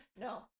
No